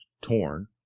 torn